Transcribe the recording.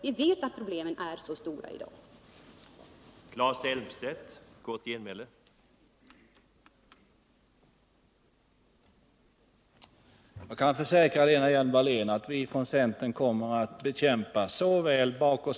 Vi vet att problemen är så stora i dag att dessa insatser behövs.